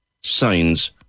signs